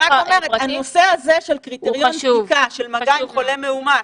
אני רק שואלת לגבי קריטריון בדיקה של מגע עם חולה מאומת,